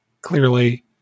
clearly